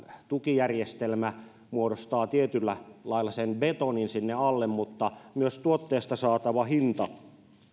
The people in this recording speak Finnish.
tukijärjestelmä muodostaa tietyllä lailla sen betonin sinne alle mutta myös tuotteesta saatava hinta